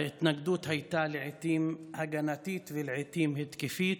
ההתנגדות הייתה לעיתים הגנתית ולעיתים התקפית,